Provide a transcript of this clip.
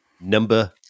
number